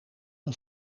een